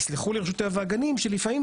יסלחו לי רשות הטבע והגנים שלפעמים